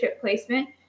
placement